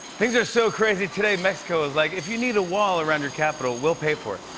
things are so crazy. today, mexico was like, if you need a wall around your capitol, we'll pay for it.